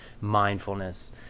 mindfulness